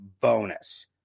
bonus